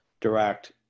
direct